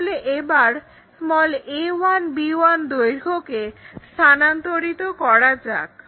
তাহলে এবার a1 b1 দৈর্ঘ্যকে স্থানান্তরিত করা যাক